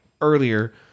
earlier